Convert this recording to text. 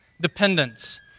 Dependence